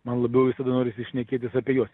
man labiau visada norisi šnekėtis apie juos